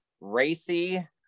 racy